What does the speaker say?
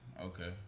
Okay